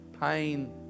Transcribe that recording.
pain